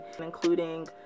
including